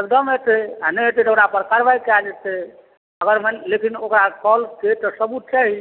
एकदम हेतै आ नहि हेतै तऽ ओकरा पर कार्रवाइ कयल जेतै लेकिन ओकरा कॉलके तऽ सबूत छै ई